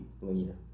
linear